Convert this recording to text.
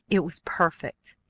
it was perfect!